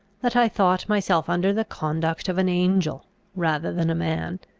that i thought myself under the conduct of an angel rather than a man.